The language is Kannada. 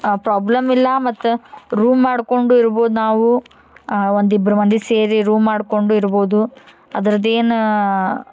ಪ್ರಾಬ್ಲಮ್ ಇಲ್ಲ ಮತ್ತು ರೂಮ್ ಮಾಡ್ಕೊಂಡು ಇರ್ಬೋದು ನಾವು ಒಂದಿಬ್ಬರು ಮಂದಿ ಸೇರಿ ರೂಮ್ ಮಾಡ್ಕೊಂಡು ಇರ್ಬೊದು ಅದರದ ಏನು